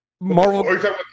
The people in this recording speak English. Marvel